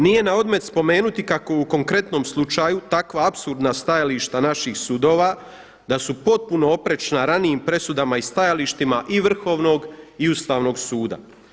Nije na odmet spomenuti kako u konkretnom slučaju takva apsurdna stajališta naših sudova da su potpuno oprečna ranijim presudama i stajalištima i Vrhovnog i ustavnog suda.